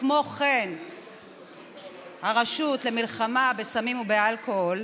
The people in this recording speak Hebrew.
וכן הרשות למלחמה בסמים ובאלכוהול,